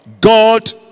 God